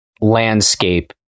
landscape